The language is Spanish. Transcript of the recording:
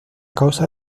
causa